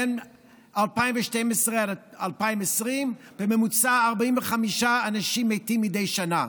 בין 2012 ל-2020 מתו בממוצע 45 אנשים מדי שנה.